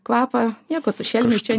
kvapą nieko tu šelmis čia